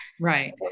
Right